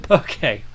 okay